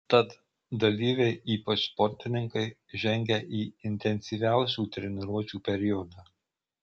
tad dalyviai ypač sportininkai žengia į intensyviausių treniruočių periodą